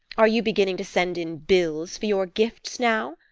are you beginning to send in bills for your gifts now?